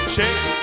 Shake